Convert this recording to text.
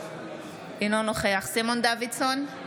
אינו נוכח סימון דוידסון,